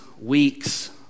weeks